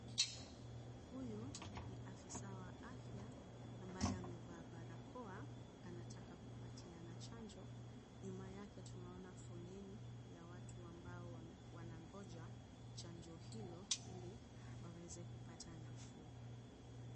Huyu ni afisa wa afya ambaye amevaa barakoa anataka kupatiana chanjo. Nyuma yake tunaona foleni ya watu ambao wanangoja chanjo hilo ili waweze kupata nafuu.